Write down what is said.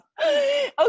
Okay